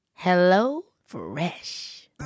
HelloFresh